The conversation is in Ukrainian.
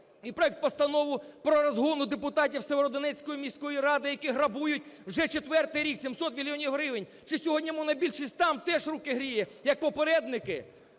і проект Постанови про розгін депутатів Сєвєродонецької міської ради, які грабують вже четвертий рік – 700 мільйонів гривень. Чи сьогодні монобільшість там теж руки гріє, як попередники?